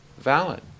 Valid